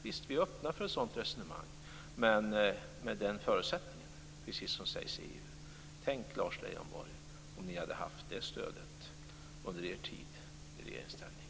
Vi är öppna för ett sådant resonemang med de förutsättningar man talar om i EU. Tänk, Lars Leijonborg, om ni hade haft det stödet under er tid i regeringsställning.